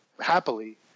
happily